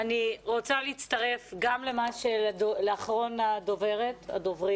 אני רוצה להצטרף גם לאחרונת הדוברים